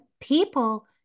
people